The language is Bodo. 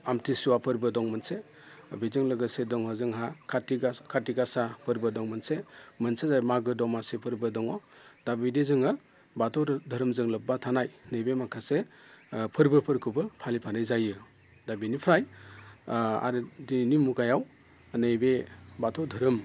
आमथिसुवा फोरबो दं मोनसे बेजों लोगोसे दङ जोंहा खाथिगासा फोरबो दङ मोनसे मोनसेया जाबाय मागो दमासि फोरबो दङ दा बिदि जोङो बाथौ धोरोमजों लोब्बा थानाय नैबे माखासे फोरबोफोरखौबो फालिफानाय जायो दा बिनिफ्राय आरो दिनैनि मुगायाव नैबे बाथौ धोरोम